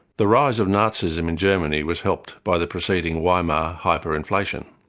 the rise of nazism in germany was helped by the preceding weimar hyper-inflation.